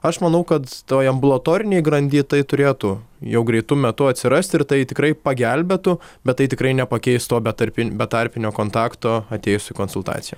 aš manau kad toj ambulatorinėj grandy tai turėtų jau greitu metu atsirast ir tai tikrai pagelbėtų bet tai tikrai nepakeis to betarpin betarpinio kontakto atėjus į konsultaciją